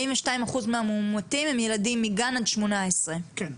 42% מהמאומתים הם ילדים מגיל גן ועד גיל 18. כן,